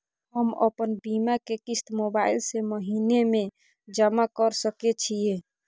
हम अपन बीमा के किस्त मोबाईल से महीने में जमा कर सके छिए?